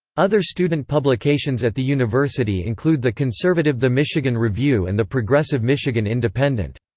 other student publications at the university include the conservative the michigan review and the progressive michigan independent.